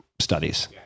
studies